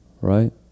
Right